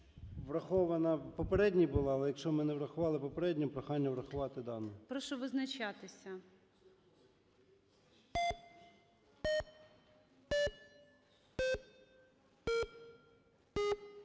врахована в попередній була. Але, якщо ми не врахували попередню, прохання врахувати дану. ГОЛОВУЮЧИЙ. Прошу визначатися.